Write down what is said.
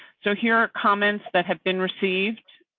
so here are comments that have been received.